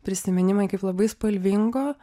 prisiminimai kaip labai spalvingo